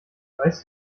weißt